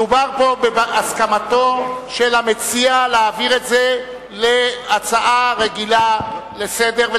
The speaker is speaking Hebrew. מדובר פה בהסכמתו של המציע להעביר את זה להצעה רגילה לסדר-היום,